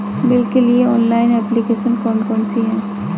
Bill के लिए online application कौन कौन सी हैं?